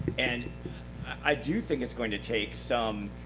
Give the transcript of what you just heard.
and i do think it's going to take some